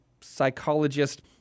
psychologist